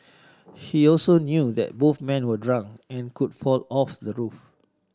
he also knew that both men were drunk and could fall off the roof